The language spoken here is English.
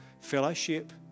Fellowship